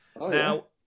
Now